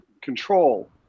control